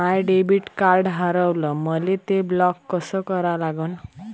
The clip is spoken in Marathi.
माय डेबिट कार्ड हारवलं, मले ते ब्लॉक कस करा लागन?